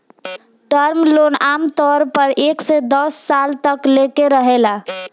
term loan आमतौर पर एक से दस साल तक लेके रहेला